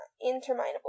interminable